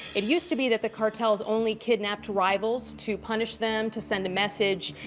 it used to be that the cartels only kidnapped rivals to punish them, to send a message,